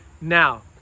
now